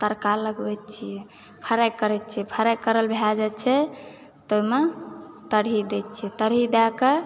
तरका लगबै छिऐ फ्राइ करै छिऐ फ्राइ करल भए जाइ छै ताहिमे तरही दए छिऐ तरही दए कऽ